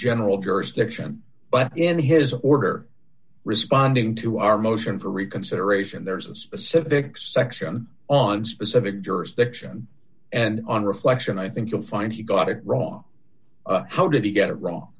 general jurisdiction but in his order responding to our motion for reconsideration there's a specific section on specific jurisdiction and on reflection i think you'll find he got it wrong how did he get it wrong